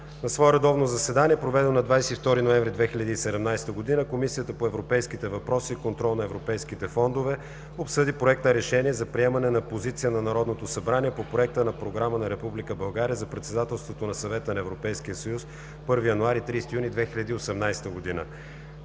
На свое редовно заседание, проведено на 22 ноември 2017 г., Комисията по европейските въпроси и контрол на европейските фондове, обсъди Проект на Решение за приемане на Позиция на Народното събрание по проекта на Програма на Република България за председателството на Съвета на Европейския съюз, 1 януари – 30 юни 2018 г.